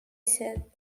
said